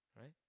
right